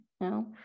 No